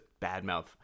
badmouth